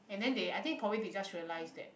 and then they I think probably they just realised that